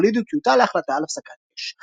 הולידו טיוטה להחלטה על הפסקת אש.